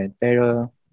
Pero